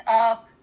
up